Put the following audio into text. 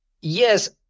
Yes